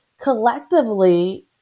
collectively